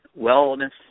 wellness